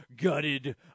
gutted